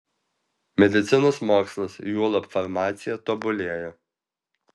medicinos mokslas juolab farmacija tobulėja